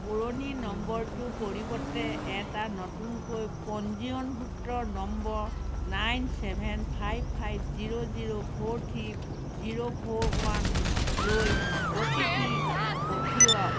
পুৰণি নম্বৰটো পৰিৱৰ্তে এটা নতুনকৈ পঞ্জীয়নভুক্ত নম্বৰ nine seven five five zero zero four three zero four ওৱানলৈ অ'টিপি পঠিয়াওক